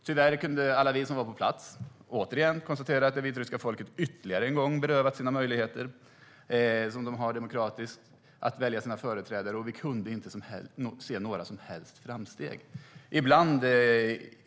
Tyvärr kunde alla vi som var på plats återigen konstatera att det vitryska folket ytterligare en gång berövats sina demokratiska möjligheter att välja företrädare, och vi kunde inte se några som helst framsteg.